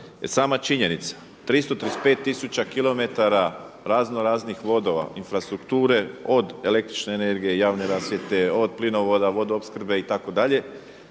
sama činjenica, 335 tisuća kilometra razno raznih vodova, infrastrukture od električne energije, javne rasvjete, od plinovoda, vodoopskrbe itd. jasno